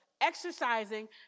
exercising